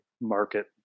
market